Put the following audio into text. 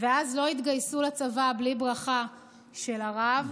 ואז לא התגייסו לצבא בלי ברכה של הרב,